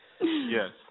Yes